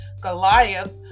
Goliath